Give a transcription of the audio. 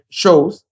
shows